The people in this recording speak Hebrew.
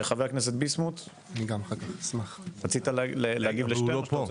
חבר הכנסת ביסמוט, רצית להגיב לשטרן.